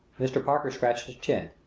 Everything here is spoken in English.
mr. parker scratched his chin.